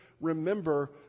remember